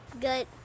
Good